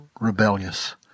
rebellious